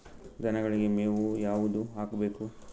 ದನಗಳಿಗೆ ಮೇವು ಯಾವುದು ಹಾಕ್ಬೇಕು?